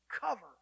cover